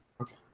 Okay